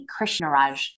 Krishnaraj